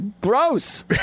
gross